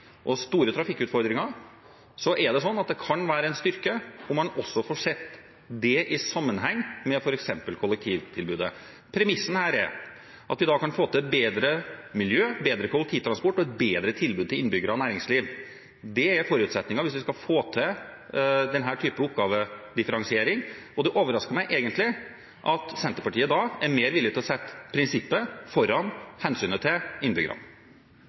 og store trafikkutfordringer, kan det være en styrke om man også får sett det i sammenheng med f.eks. kollektivtilbudet. Premisset her er at vi da kan få til bedre miljø, bedre kollektivtransport og et bedre tilbud til innbyggere og næringsliv. Det er forutsetningen hvis man skal få til denne typen oppgavedifferensiering, og det overrasker meg egentlig at Senterpartiet er mer villig til å sette prinsippet foran hensynet til innbyggerne.